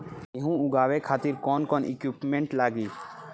गेहूं उगावे खातिर कौन कौन इक्विप्मेंट्स लागी?